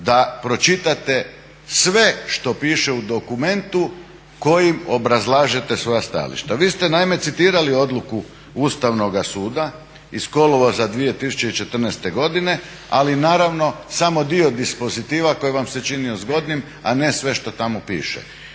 da pročitate sve što piše u dokumentu kojim obrazlažete svoja stajališta. Vi ste naime citirali odluku Ustavnoga suda iz kolovoza 2014.godine, ali naravno samo dio dispozitiva koji vam se činio zgodnim, a ne sve što tamo piše.